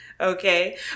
Okay